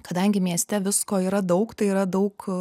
kadangi mieste visko yra daug tai yra daug